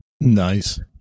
Nice